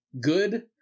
good